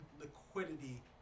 liquidity